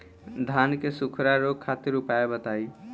धान के सुखड़ा रोग खातिर उपाय बताई?